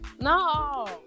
No